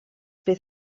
bydd